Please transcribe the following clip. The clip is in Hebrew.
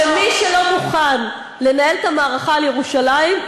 שמי לא מוכן לנהל את המערכה על ירושלים,